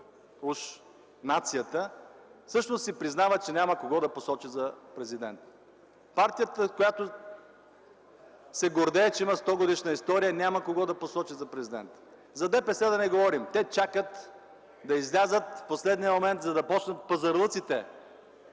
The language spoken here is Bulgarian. нацията, всъщност си признава, че няма кого да посочи за президент. Партията, която се гордее, че има 100-годишна история, няма кого да посочи за президент. За ДПС да не говорим. Те чакат да излязат в последния момент, за да почнат пазарлъците: